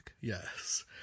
Yes